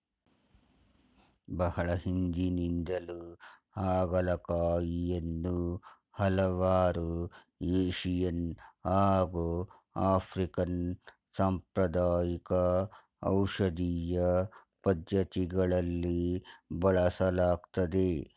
ಬಹಳ ಹಿಂದಿನಿಂದಲೂ ಹಾಗಲಕಾಯಿಯನ್ನು ಹಲವಾರು ಏಶಿಯನ್ ಹಾಗು ಆಫ್ರಿಕನ್ ಸಾಂಪ್ರದಾಯಿಕ ಔಷಧೀಯ ಪದ್ಧತಿಗಳಲ್ಲಿ ಬಳಸಲಾಗ್ತದೆ